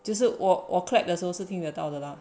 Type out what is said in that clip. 就是我我 clap 的时候是听得到的了